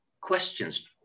questions